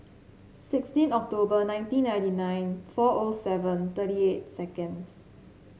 sixteen October nineteen ninety nine four O seven thirty eight seconds